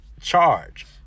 charge